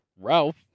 Ralph